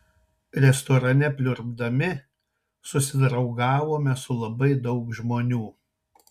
restorane pliurpdami susidraugavome su labai daug žmonių